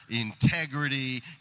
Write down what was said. integrity